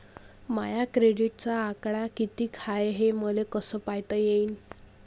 माया क्रेडिटचा आकडा कितीक हाय हे मले कस पायता येईन?